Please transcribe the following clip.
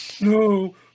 No